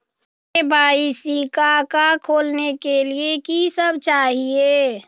KYC का का खोलने के लिए कि सब चाहिए?